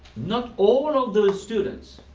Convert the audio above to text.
not all of those students,